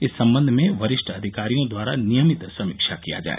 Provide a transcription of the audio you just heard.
इस सम्बन्ध में वरिष्ठ अधिकारियों द्वारा नियमित समीक्षा किया जाय